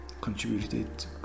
contributed